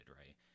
right